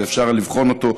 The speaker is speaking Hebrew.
ואפשר לבחון אותו,